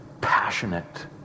Passionate